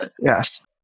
yes